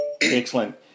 Excellent